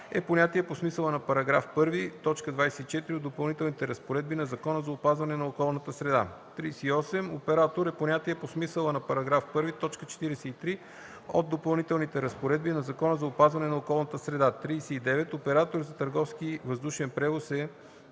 понятие по смисъла на § 1, т. 24 от Допълнителните разпоредби на Закона за опазване на околната среда. 38. „Оператор” е понятие по смисъла на § 1, т. 43 от Допълнителните разпоредби на Закона за опазване на околната среда. 39. „Оператор за търговски въздушен превоз” е